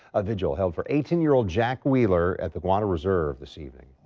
a vigil held for eighteen year-old jack wheeler at the water reserve this evening.